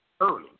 early